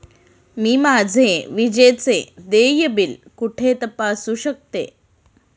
मी माझे विजेचे देय बिल कुठे तपासू शकते?